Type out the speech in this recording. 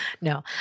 No